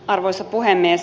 arvoisa puhemies